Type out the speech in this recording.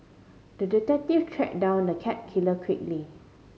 the detective tracked down the cat killer quickly